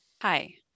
Hi